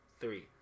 three